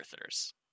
Earthers